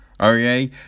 okay